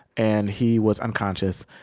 and he was unconscious.